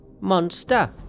Monster